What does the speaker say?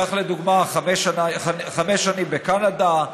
לדוגמה חמש שנים בקנדה,